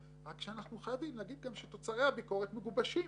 אחת ממטרות הלבה של הביקורת היא להיות